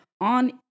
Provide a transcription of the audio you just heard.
on